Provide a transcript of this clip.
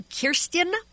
Kirsten